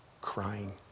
crying